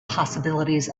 possibilities